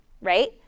right